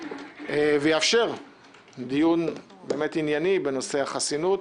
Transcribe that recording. ויאפשר דיון באמת ענייני בנושא החסינות